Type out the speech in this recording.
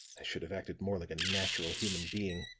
i should have acted more like a natural human being.